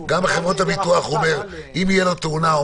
גם לחברות הביטוח והוא אומר שאם תהיה לו תאונה,